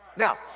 Now